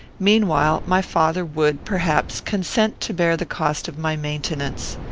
meanwhile my father would, perhaps, consent to bear the cost of my maintenance.